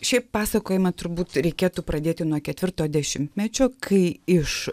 šiaip pasakojimą turbūt reikėtų pradėti nuo ketvirto dešimtmečio kai iš